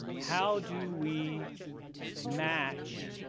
how do we match